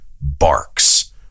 barks